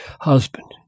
husband